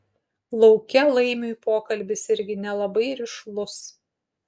lauke laimiui pokalbis irgi nelabai rišlus